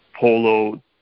polo